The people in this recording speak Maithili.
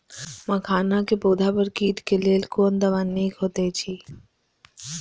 मखानक पौधा पर कीटक लेल कोन दवा निक होयत अछि?